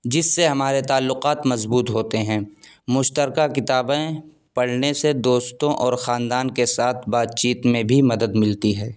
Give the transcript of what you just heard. جس سے ہمارے تعلقات مضبوط ہوتے ہیں مشترکہ کتابیں پڑھنے سے دوستوں اور خاندان کے ساتھ بات چیت میں بھی مدد ملتی ہے